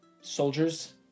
soldiers